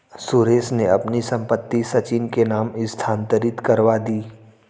सुरेश ने अपनी संपत्ति सचिन के नाम स्थानांतरित करवा दी